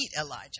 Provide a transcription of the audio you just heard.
Elijah